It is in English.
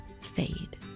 Fade